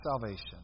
salvation